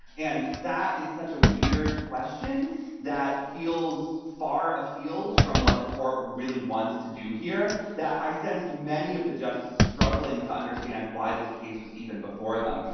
and that is such a weird question that feels far afield from what the court really wants to do here, that i sense many of the justices struggling to understand why this case was even before them.